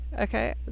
Okay